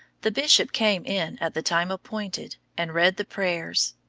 the bishop came in at the time appointed, and read the prayers.